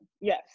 yes